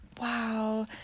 wow